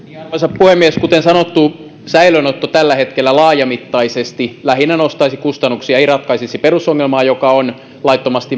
arvoisa puhemies kuten sanottu tällä hetkellä säilöönotto laajamittaisesti lähinnä nostaisi kustannuksia ei ratkaisisi perusongelmaa joka on laittomasti